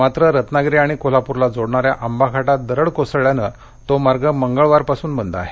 मात्र रत्नागिरी आणि कोल्हापूरला जोडणाऱ्या आंबा घाटात दरड कोसळल्यानं तो मार्ग मंगळवारपासून बंद आहे